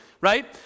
right